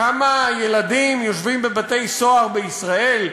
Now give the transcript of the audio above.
כמה ילדים יושבים בבתי-סוהר בישראל?